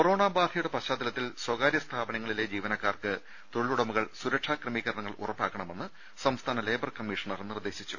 corona ബാധയുടെ പശ്ചാത്തലത്തിൽ സ്വകാര്യ സ്ഥാപനങ്ങളിലെ ജീവനക്കാർക്ക് തൊഴിലുടമകൾ സുരക്ഷാ ക്രമീകരണങ്ങൾ ഉറപ്പാക്കണമെന്ന് സംസ്ഥാന ലേബർ കമ്മീഷണർ നിർദ്ദേശിച്ചു